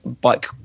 bike